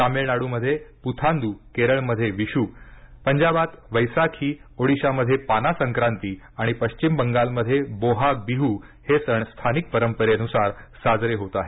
तमिळनाडूमध्ये पुथांदू केरळमध्ये विशू पंजाबात वैसाखीओडिशामध्ये पाना संक्रांती आणि पश्चिम बंगालमध्ये बोहाग बिहू हे सण स्थानिक परंपरेनुसार साजरे होत आहेत